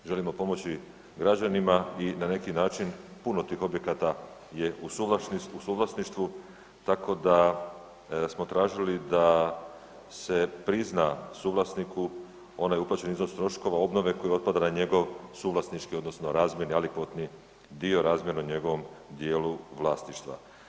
Želimo pomoći građanima i na neki način, puno tih objekata je u suvlasništvu, tako da smo tražili da se prizna suvlasniku onaj uplaćeni iznos troškova obnove koji otpada na njegov suvlasnički odnosno razmjerni ... dio njegovom dijelu vlasništva.